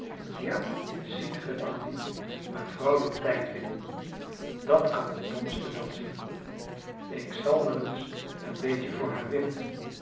ja ziet ge andy mevrouw wil tijd winnen dat kan de domste wel zien ik zal eens een beetje voor haar winnen